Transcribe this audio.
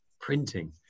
printing